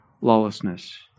lawlessness